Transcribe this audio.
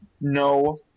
no